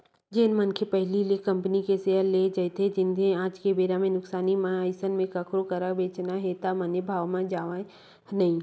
जेन मनखे पहिली ले कंपनी के सेयर लेए रहिथे जेनहा आज के बेरा म नुकसानी म हे अइसन म कखरो करा बेंचना हे त बने भाव म जावय नइ